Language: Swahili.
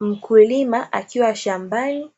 Mkulima akiwa shambani,